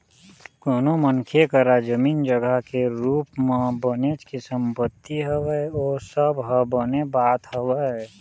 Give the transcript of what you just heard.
कोनो मनखे करा जमीन जघा के रुप म बनेच के संपत्ति हवय ओ सब ह बने बात हवय